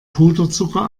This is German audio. puderzucker